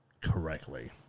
correctly